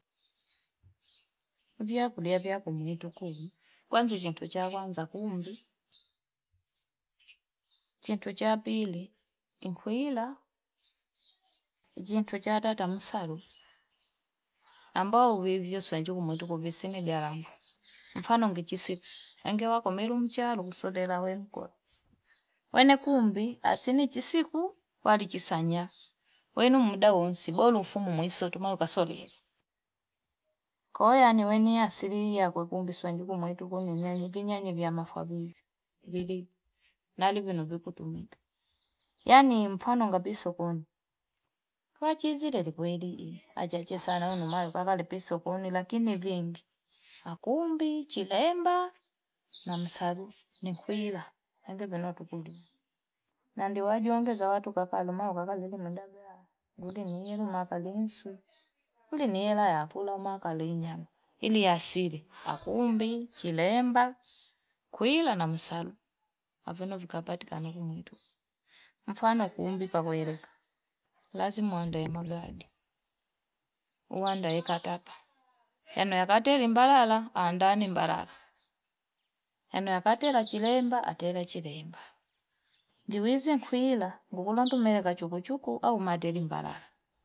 Vyakulia vyakumuitokwenu kwanza chitu cha kwanza kumbi, chitu cha pili inkwiila, chitu cha tatu amsalule amabao kuvi si ni garama mfano ngechi si ingewako meni mchalo sodela wemko wenekumbi asinichisiku wali chisanya wenu muda wonse bora ufumu mwenso tumai kasolile koo yani wenisali yake kumbi swaili kumbi yetu kuni nyanyi, vinyani vya mafua vili nali vili kutumia yan mfano gabisokoni pachizile likweli acahache sana lakini vingi akumbi chilemba namsalu ni kwila ange venatu kuli nandi wajiongeza watu kakalu kakalimudagaa niilimu kajensu kuli niela yakula mwa kali nyama ili ya asili. Akumbi, chilemba, kuila na msalu avino kapatikana vi mwitu mfano kuumbi kaweluka lazima uandae magadi, uandae katapa yan kateli mbalala andaani mbalala eno yakatela chilemba atela chilemba nguizi nkuila ngulu tumela kachukuchuku au malteli mbalala.